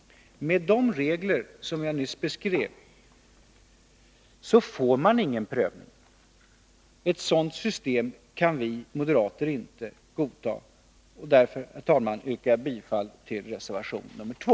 Med de regler som jag nyss beskrev får man ingen prövning. Ett sådant system kan vi moderater inte godta, och därför, herr talman, yrkar jag bifall till reservation 2.